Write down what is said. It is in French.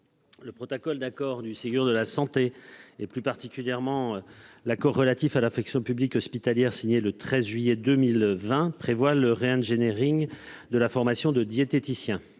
Le protocole d'accord du Ségur de la santé, plus particulièrement l'accord relatif à la fonction publique hospitalière signé le 13 juillet 2020, prévoit le de la formation des diététiciens,